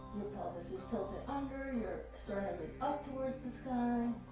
pelvis is tilted under, your sternum is up towards the sky,